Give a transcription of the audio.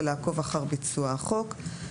ולעקוב אחר ביצוע החוק,